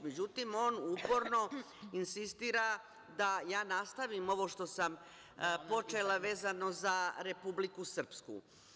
Međutim, on uporno insistira da ja nastavim ovo što sam počela, vezano za Republiku Srpsku.